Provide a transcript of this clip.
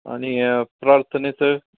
आणि प्रार्थनेचं